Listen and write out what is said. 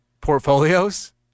portfolios